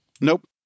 Nope